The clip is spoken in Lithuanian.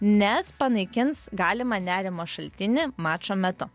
nes panaikins galimą nerimo šaltinį mačo metu